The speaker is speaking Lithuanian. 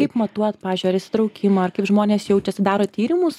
kaip matuot pavyzdžiui ar įsitraukimą ar kaip žmonės jaučiasi darot tyrimus